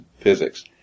physics